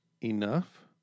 Enough